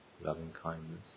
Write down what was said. loving-kindness